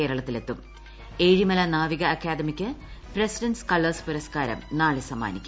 കേരളത്തിൽ എത്തും ഏഴിമല നാവിക അക്കാദമിക്ക് പ്രസിഡന്റ്സ് കളേഴ്സ് പുരസ്ക്കാരം നാളെ സമ്മാനിക്കും